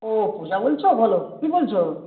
ও পূজা বলছো বলো কী বলছ